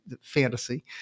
fantasy